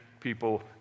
people